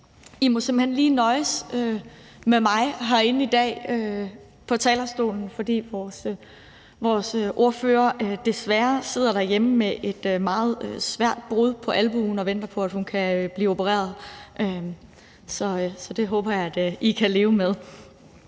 I må simpelt hen lige nøjes med mig på talerstolen herinde i dag, fordi vores ordfører desværre sidder derhjemme med et meget svært brud på albuen og venter på, at hun kan blive opereret, så det håber jeg at I kan leve med.